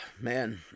man